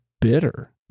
bitter